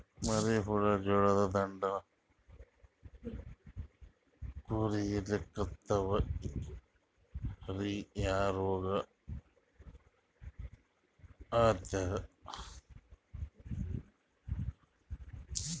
ಮರಿ ಹುಳ ಜೋಳದ ದಂಟ ಕೊರಿಲಿಕತ್ತಾವ ರೀ ಯಾ ರೋಗ ಹತ್ಯಾದ?